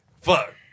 Fuck